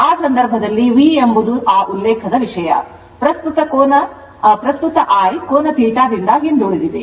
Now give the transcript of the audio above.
ಆ ಸಂದರ್ಭದಲ್ಲಿ V ಎಂಬುದು ಆ ಉಲ್ಲೇಖದ ವಿಷಯ ಪ್ರಸ್ತುತ I ಕೋನ θ ರಿಂದ ಹಿಂದುಳಿದಿದೆ